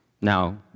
Now